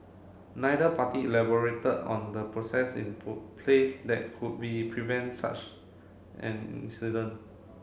neither party elaborated on the process in place that could be prevent such an incident